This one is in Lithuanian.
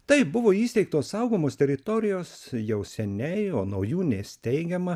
taip buvo įsteigtos saugomos teritorijos jau seniai o naujų nesteigiama